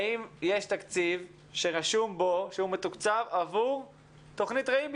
האם יש תקציב שרשום בו שהוא מתקוצב עבור תוכנית רעים,